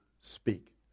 speak